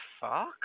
fuck